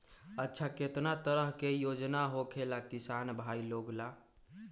अच्छा कितना तरह के योजना होखेला किसान भाई लोग ला?